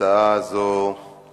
הצעת חוק הפסיכולוגים (תיקון מס' 6)